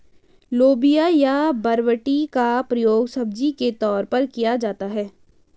लोबिया या बरबटी का प्रयोग सब्जी के तौर पर किया जाता है